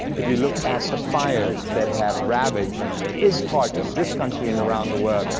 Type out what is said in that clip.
if you look at the fires that have ravaged big parts of this country and around the world,